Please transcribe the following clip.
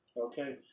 Okay